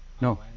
No